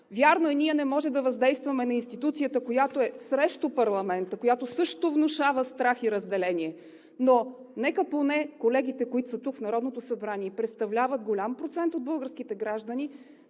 Вярно е, ние не можем да въздействаме на институцията, която е срещу парламента, която също внушава страх и разделение, но нека поне колегите, които са тук, в Народното събрание, и представляват голям процент от българските граждани,